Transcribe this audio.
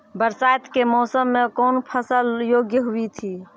बरसात के मौसम मे कौन फसल योग्य हुई थी?